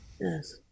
Yes